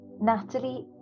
Natalie